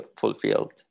fulfilled